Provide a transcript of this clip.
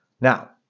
Now